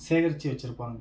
சேகரித்து வச்சிருப்பாங்கள்